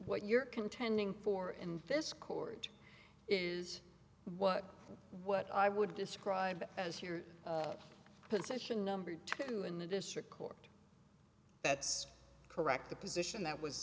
what you're contending for in this court is what what i would describe as your position number two in the district court that's correct the position that was